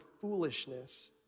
foolishness